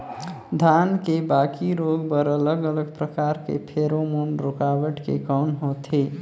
धान के बाकी रोग बर अलग अलग प्रकार के फेरोमोन रूकावट के कौन होथे?